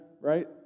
right